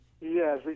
Yes